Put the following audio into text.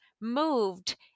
moved